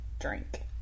drink